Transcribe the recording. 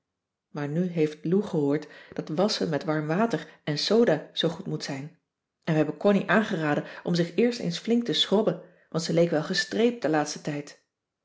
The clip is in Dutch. maar nu heeft lou gehoord dat wasschen met warm water en soda zoo goed moet zijn en we hebben connie aangeraden om zich eerst eens flink te schrobben want ze leek wel gestreept den laatsten tijd